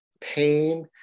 pain